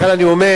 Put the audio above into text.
לכן אני אומר,